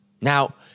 Now